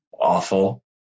awful